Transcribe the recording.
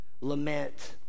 Lament